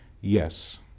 yes